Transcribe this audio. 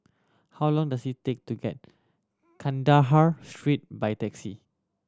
how long does it take to get Kandahar Street by taxi